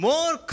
More